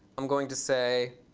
i'm going to say,